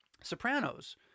Sopranos